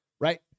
right